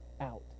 out